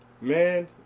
Man